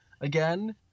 again